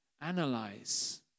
Analyze